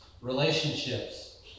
Relationships